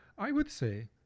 i would say,